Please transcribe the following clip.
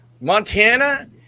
Montana